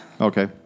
Okay